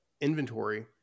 inventory